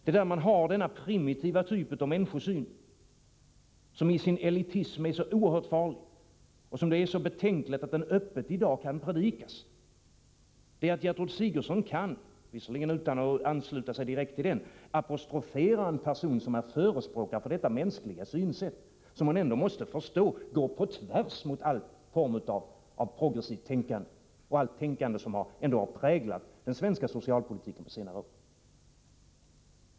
Det betänkliga är att denna primitiva människosyn, som i sin elitism är så oerhört farlig, i dag så öppet kan predikas, att Gertrud Sigurdsen kan — visserligen utan att direkt ansluta sig till den — apostrofera en person som är förespråkare för denna människosyn, som hon ändå måste förstå går på tvärs mot all form av progressivt tänkande och allt det tänkande som ändå präglat den svenska socialpolitiken på senare år.